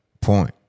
point